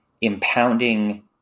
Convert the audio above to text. impounding